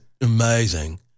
amazing